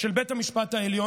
של בית המשפט העליון,